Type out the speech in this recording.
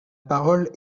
parole